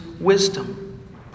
Wisdom